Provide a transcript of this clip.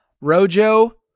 Rojo